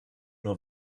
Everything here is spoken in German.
nur